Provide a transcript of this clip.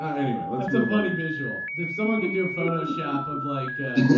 anyway. well that's a funny visual. if someone could do photoshop of like